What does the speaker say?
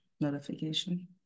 notification